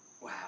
Wow